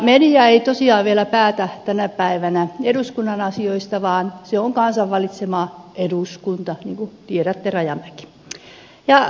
media ei tosiaan vielä päätä tänä päivänä eduskunnan asioista vaan se on kansan valitsema eduskunta niin kuin tiedätte rajamäki